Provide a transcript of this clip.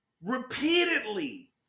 repeatedly